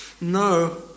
No